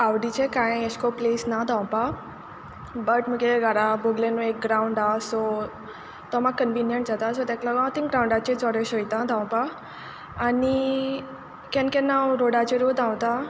आवडीचे कांय एशेको प्लेस ना धांवपा बट म्हुगे घारा बोगले म्हणल्या एक ग्रावंड आसा सो तो म्हाका कनविनियंट जाता सो तेका लागो हांव थिंगां ग्रावंडाचे चोडशे वोयता धांवपा आनी केन्ना केन्ना हांव रोडाचेरू धांवता